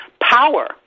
power